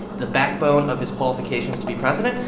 the backbone of his qualifications to be president.